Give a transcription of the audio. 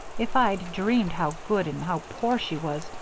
if i'd dreamed how good and how poor she was,